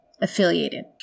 affiliated